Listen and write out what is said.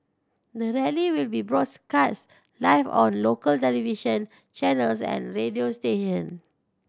the rally will be cast live on local television channels and radio station